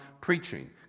preaching